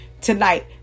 tonight